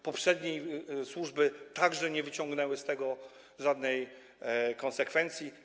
Poprzednie służby także nie wyciągnęły z tego żadnej konsekwencji.